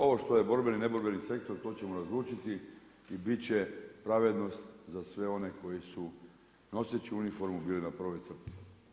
Ovo što je borbeni i neborbeni sektor, to ćemo razlučiti i biti će pravednost za sve one koji su noseći uniformu bili na prvoj crti.